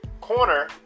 corner